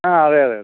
ആ അതേ അതേ അതേ